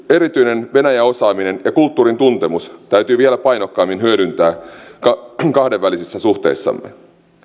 erityinen venäjä osaaminen ja kulttuurin tuntemus täytyy vielä painokkaammin hyödyntää kahdenvälisissä suhteissamme